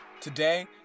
today